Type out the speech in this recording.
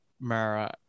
mara